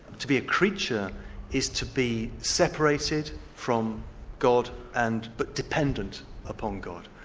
to be a creature is to be separated from god and but dependent upon god.